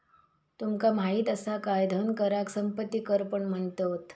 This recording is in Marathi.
तुमका माहित असा काय धन कराक संपत्ती कर पण म्हणतत?